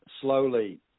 slowly